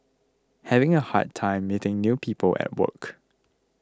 having a hard time meeting new people at work